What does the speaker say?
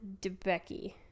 DeBecky